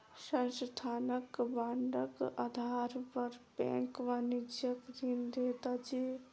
संस्थानक बांडक आधार पर बैंक वाणिज्यक ऋण दैत अछि